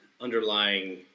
underlying